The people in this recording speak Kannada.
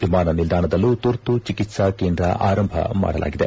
ವಿಮಾನ ನಿಲ್ದಾಣದಲ್ಲೂ ತುರ್ತು ಚಿಕಿತ್ಲಾ ಕೇಂದ್ರ ಆರಂಭ ಮಾಡಲಾಗಿದೆ